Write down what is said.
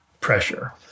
pressure